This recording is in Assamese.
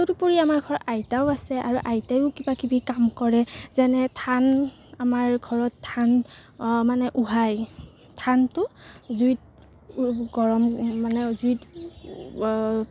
তদুপৰি আমাৰ ঘৰত আইতাও আছে আৰু আইতাইও কিবাকিবি কাম কৰে যেনে ধান আমাৰ ঘৰত ধান মানে উহাই ধানটো জুইত গৰম মানে জুইত